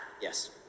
Yes